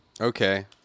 Okay